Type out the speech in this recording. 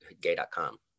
Gay.com